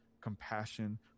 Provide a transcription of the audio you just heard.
compassion